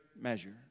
measure